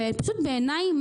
בעיניי,